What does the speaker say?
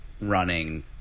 running